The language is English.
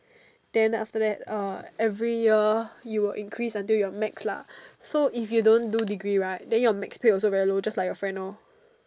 then after that uh every year you'll increase until your max lah so if you don't do degree right then your max pay will also very low just like your friend lor